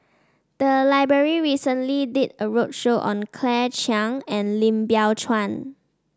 the library recently did a roadshow on Claire Chiang and Lim Biow Chuan